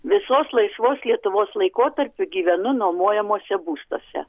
visos laisvos lietuvos laikotarpiu gyvenu nuomojamuose būstuose